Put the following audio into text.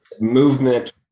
movement